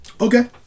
Okay